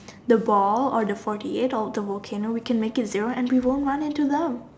the ball or the forty eight of the volcano we can make it zero and we won't run into them